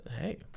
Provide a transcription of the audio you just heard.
Hey